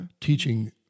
teaching